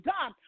God